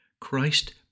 Christ